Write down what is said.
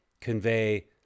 convey